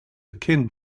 akin